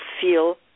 feel